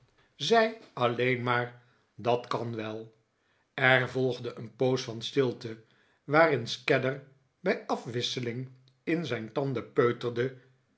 zei alleen maar dat kan wel er volgde een poos van stilte waarin scadder bij afwisseling in zijn tanden peuterde